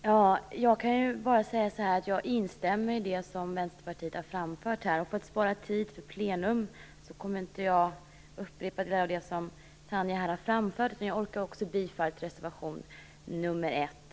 Fru talman! Jag kan bara säga att jag instämmer i det som Tanja Linderborg och Vänsterpartiet har framfört. För att spara tid för plenum kommer jag inte att upprepa detta, utan jag yrkar också bifall till reservation nr 1.